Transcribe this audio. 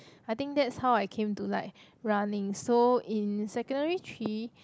I think that's how I came to like running so in secondary-three